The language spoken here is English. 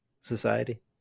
society